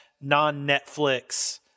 non-Netflix